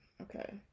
Okay